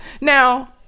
Now